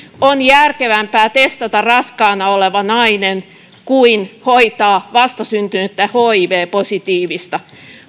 on järkevämpää testata raskaana oleva nainen kuin hoitaa vastasyntynyttä hiv positiivista